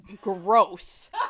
gross